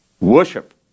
worship